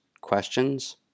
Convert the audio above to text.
questions